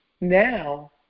now